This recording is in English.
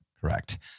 correct